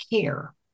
care